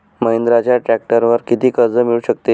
महिंद्राच्या ट्रॅक्टरवर किती कर्ज मिळू शकते?